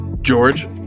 George